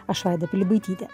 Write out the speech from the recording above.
aš vaida pilibaitytė